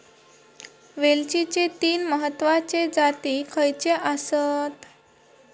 वेलचीचे तीन महत्वाचे जाती खयचे आसत?